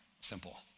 simple